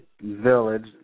village